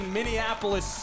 Minneapolis